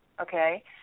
Okay